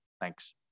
Thanks